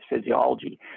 physiology